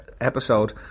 episode